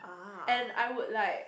and I would like